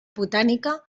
botànica